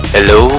Hello